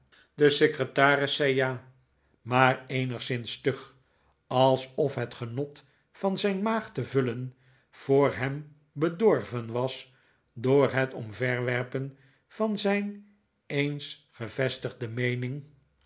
de secretaris zei ja maar eenigszins stug alsof het genot van zijn maag te vullen voor hem bedorven was door het omverwerpen van zijn eens gevestigde meening